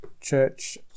Church